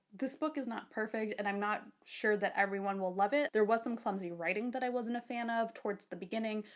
this book is not perfect, and i'm not sure that everyone will love it. there was some clumsy writing that i wasn't a fan of towards the beginning.